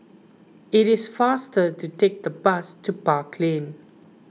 it is faster to take the bus to Park Lane